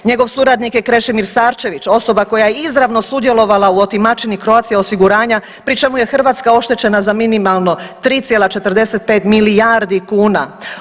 Njegov suradnik je Krešimir Starčević, osoba koja je izravno sudjelovala u otimačini Croatia osiguranja pri čemu je Hrvatska oštećena za minimalno 3,45 milijardi kuna.